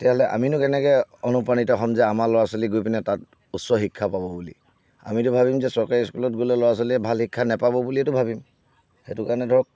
তেতিয়াহ'লে আমিনো কেনেকৈ অনুপ্ৰাণিত হ'ম যে আমাৰ ল'ৰা ছোৱালী গৈ পিনে তাত উচ্চ শিক্ষা পাব বুলি আমিতো ভাবিম যে চৰকাৰী স্কুলত গ'লে ল'ৰা ছোৱালীয়ে ভাল শিক্ষা নাপাব বুলিয়েইতো ভাবিম সেইটো কাৰণে ধৰক